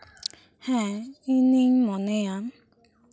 ᱦᱮᱸ ᱤᱧᱤᱧ ᱢᱚᱱᱮᱭᱟ